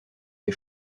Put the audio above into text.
des